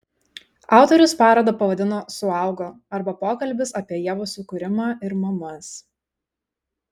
autorius parodą pavadino suaugo arba pokalbis apie ievos sukūrimą ir mamas